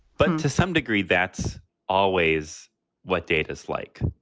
but to some degree, that's always what data is like.